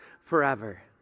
forever